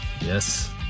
Yes